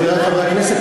חברי חברי הכנסת,